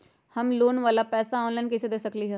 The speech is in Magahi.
हम लोन वाला पैसा ऑनलाइन कईसे दे सकेलि ह?